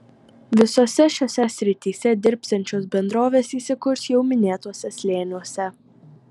visose šiose srityse dirbsiančios bendrovės įsikurs jau minėtuose slėniuose